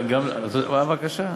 מה הבקשה?